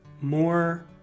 more